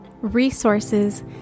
resources